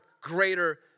greater